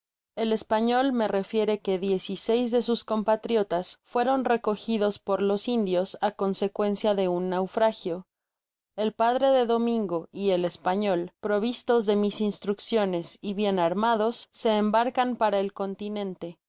el español me refiere que diez y seis de sus compatriotas fueron recogidos por los indios á consecuencia de un naufragio el padre de domingo y el español provistos do mis instrucciones y bien armados